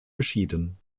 geschieden